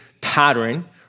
pattern